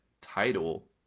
title